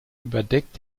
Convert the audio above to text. überdeckt